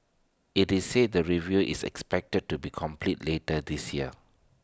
IT is said the review is expected to be completed later this year